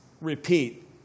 repeat